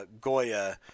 Goya